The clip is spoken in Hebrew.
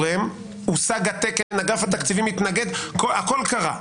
הושג התקן, אגף התקציבים התנגד, הכול קרה.